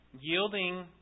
yielding